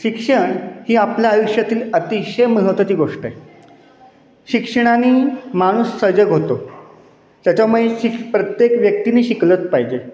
शिक्षण ही आपल्या आयुष्यातील अतिशय महत्त्वाची गोष्ट आहे शिक्षणाने माणूस सजग होतो त्याच्यामुळे शिक प्रत्येक व्यक्तीने शिकलच पाहिजे